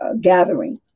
gathering